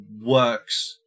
works